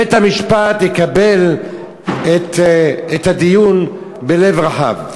בית-המשפט יקבל את הדיון בלב רחב.